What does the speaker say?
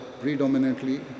predominantly